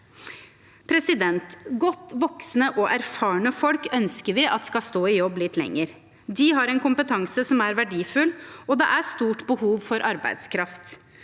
ønsker at godt voksne og erfarne folk skal stå i jobb litt lenger. De har en kompetanse som er verdifull, og det er stort behov for arbeidskraft.